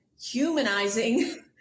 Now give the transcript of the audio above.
humanizing